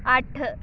ਅੱਠ